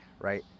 right